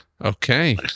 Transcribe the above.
okay